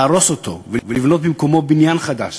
להרוס אותו ולבנות במקומו בניין חדש,